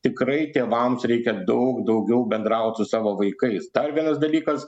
tikrai tėvams reikia daug daugiau bendraut su savo vaikais dar vienas dalykas